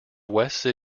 western